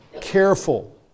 careful